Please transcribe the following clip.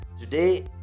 Today